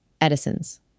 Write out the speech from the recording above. Edison's